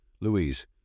Louise